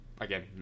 again